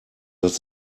das